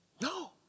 No